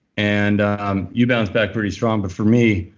and um you bounce back pretty strong. but for me,